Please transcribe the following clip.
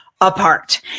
apart